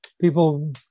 people